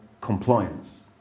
compliance